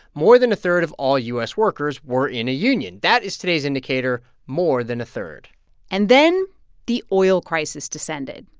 more than a third of all u s. workers were in a union. that is today's indicator more than a third and then the oil crisis descended.